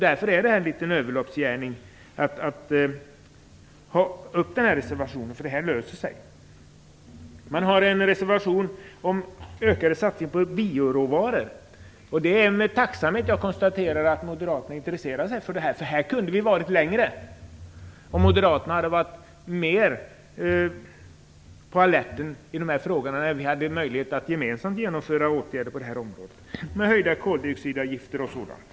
Därför det är något av en överloppsgärning att ta upp det i en reservation. Frågan löser sig. Men har en reservation om ökad satsning på bioråvaror. Det är med tacksamhet jag konstaterar att Moderaterna intresserar sig för det. Där kunde vi ha kommit längre om Moderaterna hade varit mer på alerten när vi hade möjlighet att tillsammans genomföra åtgärder på det här området, med höjda koldioxidavgifter och liknande.